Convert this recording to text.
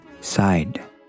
sighed